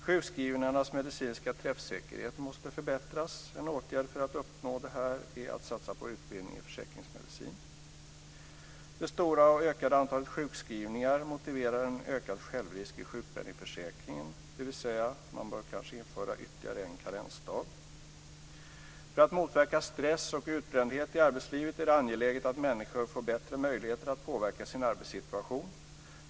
Sjukskrivningarnas medicinska träffsäkerhet måste förbättras. En åtgärd för att uppnå detta är att satsa på utbildning i försäkringsmedicin. Det stora och ökade antalet sjukskrivningar motiverar en ökad självrisk i sjukförsäkringen, dvs. att man kanske bör införa ytterligare en karensdag. För att motverka stress och utbrändhet i arbetslivet är det angeläget att människor får bättre möjligheter att påverka sin arbetssituation.